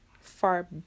far